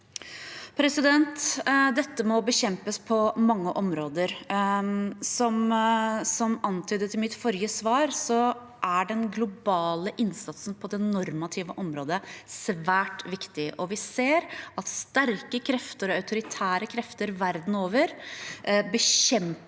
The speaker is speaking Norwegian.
Dette må bekjempes på mange områder. Som antydet i mitt forrige svar er den globale innsatsen på det normative området svært viktig. Vi ser at sterke og autoritære krefter verden over bekjemper